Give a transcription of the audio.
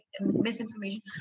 misinformation